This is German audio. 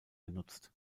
genutzt